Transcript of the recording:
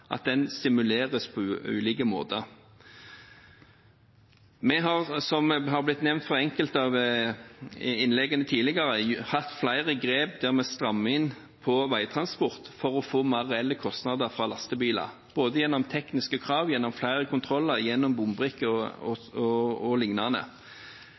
stimuleres på ulike måter. Vi har, som det har blitt nevnt i enkelte av innleggene tidligere, tatt flere grep der vi strammer inn på veitransport for å få mer reelle kostnader fra lastebiler, både gjennom tekniske krav, gjennom flere kontroller, gjennom